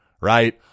right